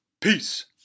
Peace